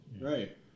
Right